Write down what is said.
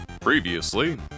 Previously